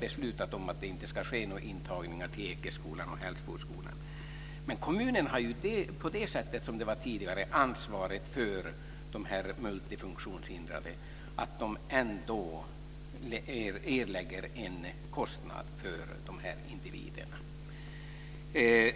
beslutat om att det inte ska ske några intagningar till Ekeskolan och Hällsboskolan - ett kostnadsansvar för de multifunktionshindrade individerna.